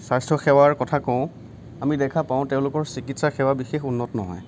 স্বাস্থ্য়সেৱাৰ কথা কওঁ আমি দেখা পাওঁ তেওঁলোকৰ চিকিৎসাসেৱা বিশেষ উন্নত নহয়